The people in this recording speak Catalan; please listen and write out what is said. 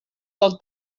del